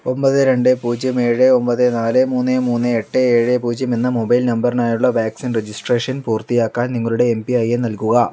ഒൻപത് രണ്ട് പൂജ്യം ഏഴ് ഒൻപത് നാല് മൂന്ന് മൂന്ന് എട്ട് ഏഴ് പൂജ്യം എന്ന മൊബൈൽ നമ്പറിനായുള്ള വാക്സിൻ രജിസ്ട്രേഷൻ പൂർത്തിയാക്കാൻ നിങ്ങളുടെ എം പി ഐ എൻ നൽകുക